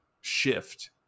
shift